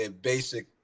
basic